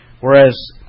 Whereas